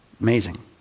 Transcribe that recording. Amazing